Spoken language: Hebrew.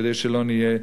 כדי שלא נהיה,